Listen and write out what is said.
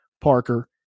Parker